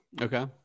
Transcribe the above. Okay